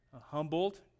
humbled